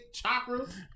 chakras